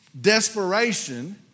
desperation